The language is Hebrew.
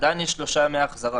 עדיין יש שלושה ימי החזרה.